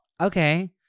okay